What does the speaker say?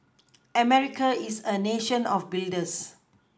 America is a nation of builders